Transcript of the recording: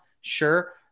Sure